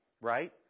right